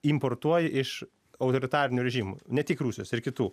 importuoji iš autoritarinių režimų ne tik rusijos ir kitų